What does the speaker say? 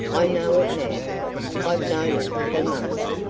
i know it now i've known it for months.